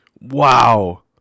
Wow